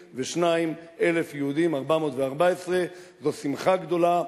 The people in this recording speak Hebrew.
ושומרון, 342,414. זו שמחה גדולה.